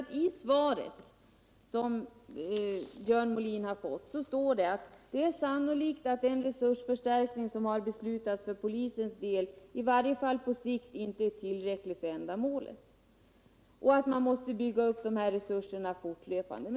I det svar som Björn Molin fick sade justitieministern att det ”är sannolikt att den resursförstärkning som har beslutats för polisens deli varje fall på sikt inte är tillräcklig för ändamålet” och att man måste bygga upp resurserna fortlöpande.